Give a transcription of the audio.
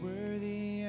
Worthy